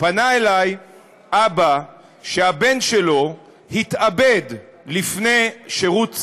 פנה אלי אבא שהבן שלו התאבד לפני שירות צבאי,